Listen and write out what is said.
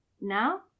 now